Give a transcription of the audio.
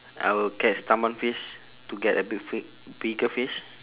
I will catch tamban fish to get a big fi~ bigger fish